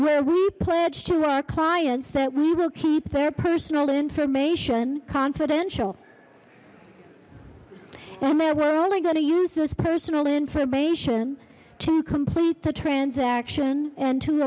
where we pledged to our clients that we will keep their personal information confidential and that we're only going to use this personal information to complete the transaction and to